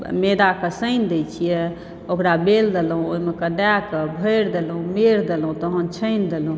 मैदा के सानि दै छियै ओकरा बेल देलहुॅं ओहिमे कऽ दय कऽ भरि देलहुॅं मेढ़ देलहुॅं तहन छानि देलहुॅं